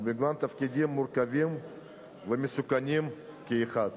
במגוון תפקידים מורכבים ומסוכנים כאחד.